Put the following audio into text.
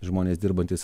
žmonės dirbantys